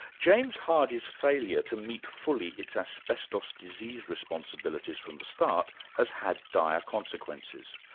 james hardie's failure to meet fully its asbestos disease responsibilities from the start has had dire consequences.